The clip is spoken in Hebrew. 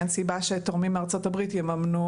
אין סיבה שתורמים מארצות הברית יממנו